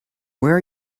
where